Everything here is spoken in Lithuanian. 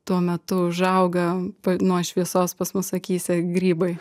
tuo metu užauga nuo šviesos pas mus akyse grybai